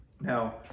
Now